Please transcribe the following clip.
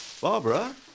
Barbara